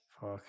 Fuck